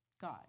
God